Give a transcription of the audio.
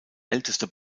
älteste